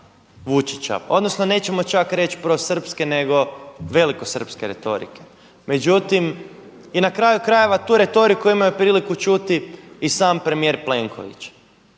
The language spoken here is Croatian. Vučića, odnosno nećemo čak reći prosrpske, nego velikosrpske retorike. Međutim, i na kraju krajeva tu retoriku imaju priliku čuti i sam premijer Plenković.